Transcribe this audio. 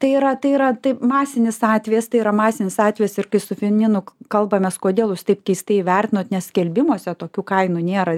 tai yra tai yra tai masinis atvejis tai yra masinis atvejis ir kai su finminu kalbamės kodėl jūs taip keistai įvertinot nes skelbimuose tokių kainų nėra